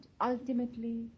ultimately